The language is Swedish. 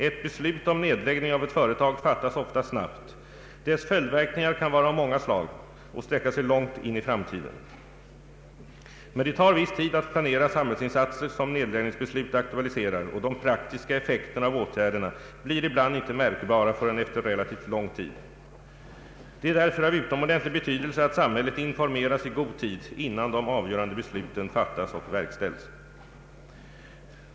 Ett beslut om nedläggning av ett företag fattas ofta snabbt. Dess följdverkningar kan vara av många olika slag och sträcka sig långt in i framtiden. Men det tar viss tid att planera samhällsinsatser som = nedläggningsbeslut aktualiserar och de praktiska effekterna av åtgärderna blir ibland inte märkbara förrän efter relativt lång tid. Det är därför av utomordentlig betydelse att samhället informeras i god tid innan de avgörande besluten fattas och verkställs.